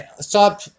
stop